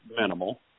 minimal